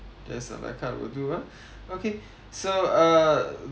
that's a la carte would do ah okay so uh